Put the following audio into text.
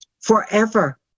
Forever